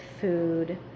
food